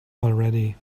already